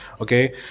okay